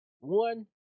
one